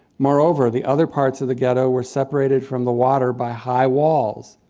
moreover, the other parts of the ghetto were separated from the water by high walls.